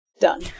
done